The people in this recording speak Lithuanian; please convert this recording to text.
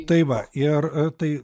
tai va ir tai